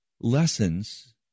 lessons